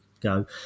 go